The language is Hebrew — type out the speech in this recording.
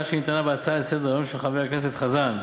שנטענה בהצעה לסדר-היום של חבר הכנסת חזן,